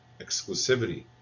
exclusivity